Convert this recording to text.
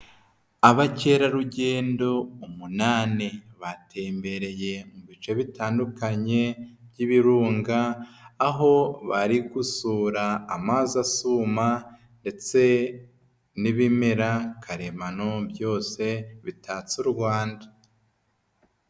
Abakerarugendo umunani batembereye mu bice bitandukanye by'ibirunga aho bari gusura amazi asuma ndetse n'ibimera karemano byose bitatse u Rwanda.